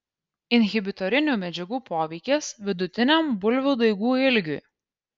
inhibitorinių medžiagų poveikis vidutiniam bulvių daigų ilgiui